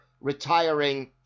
retiring